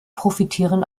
profitieren